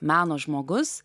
meno žmogus